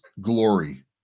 glory